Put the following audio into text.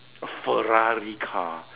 a ferrari car